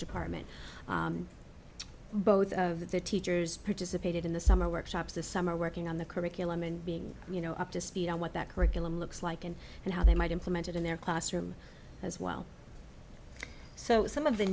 department both of the teachers participated in the summer workshops this summer working on the curriculum and being you know up to speed on what that curriculum looks like in and how they might implemented in their classroom as well so some of the